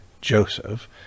Joseph